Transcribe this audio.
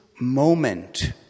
moment